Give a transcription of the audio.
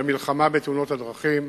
במלחמה בתאונות הדרכים.